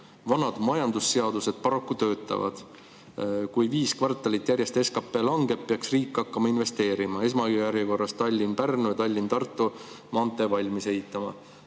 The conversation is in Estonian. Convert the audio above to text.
Vanad majandusseadused paraku töötavad. Kui viis kvartalit järjest SKP langeb, peaks riik hakkama investeerima, esmajärjekorras Tallinna–Pärnu ja Tallinna–Tartu maantee valmis ehitama."